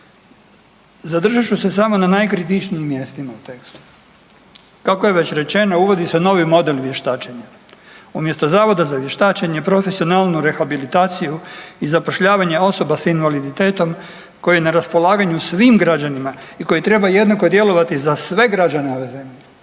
Zadržat ću se samo na najkritičnijim mjestima u tekstu. Kako je već rečeno, uvodi se novi model vještačenja, umjesto Zavoda za vještačenje, profesionalnu rehabilitaciju i zapošljavanje osoba sa invaliditetom koji na raspolaganju svim građanima i koji trebaju jednako djelovati za sve građane ove